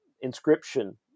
inscription